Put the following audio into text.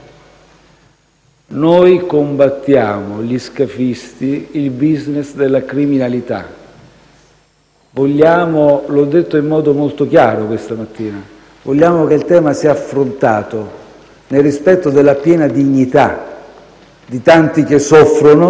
noi combattiamo gli scafisti, il *business* della criminalità. Come ho detto in modo molto chiaro questa mattina, vogliamo che il tema sia affrontato nel rispetto della piena dignità di tanti che soffrono,